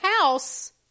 house